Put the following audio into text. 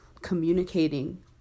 communicating